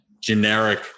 generic